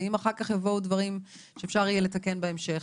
ואם אחר כך יבואו דברים שאפשר יהיה לתקן בהמשך,